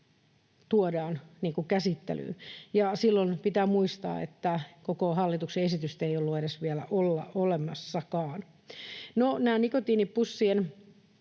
tuodaan käsittelyyn, ja pitää muistaa, että silloin koko hallituksen esitystä ei ollut vielä edes olemassakaan. No, se